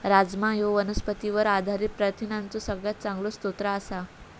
राजमा ह्यो वनस्पतींवर आधारित प्रथिनांचो सगळ्यात चांगलो स्रोत आसा